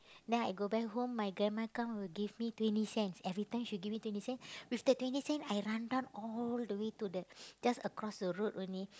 then I go back home my grandma come will give me twenty cents everytime she give me twenty cent with that twenty cent I run down all the way to the just across the road only